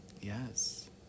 Yes